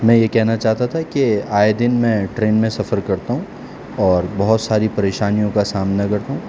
میں یہ کہنا چاہتا تھا کہ آئے دن میں ٹرین میں سفر کرتا ہوں اور بہت ساری پریشانیوں کا سامنا کرتا ہوں